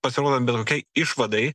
pasirodant ben kokiai išvadai